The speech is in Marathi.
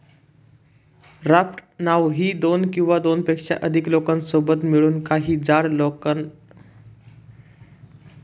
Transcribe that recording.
राफ्ट नाव ही दोन किंवा दोनपेक्षा अधिक लोकांसोबत मिळून, काही जाड लाकडांना कापून बनवली जाते